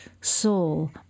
soul